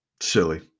Silly